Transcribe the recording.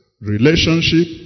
relationship